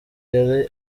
yari